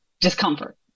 discomfort